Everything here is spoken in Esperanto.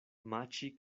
maĉi